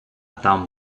там